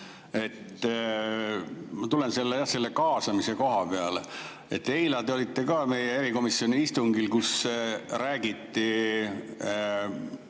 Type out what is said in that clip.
Ma tulen selle kaasamise [teema] juurde. Eile te olite ka meie erikomisjoni istungil, kus räägiti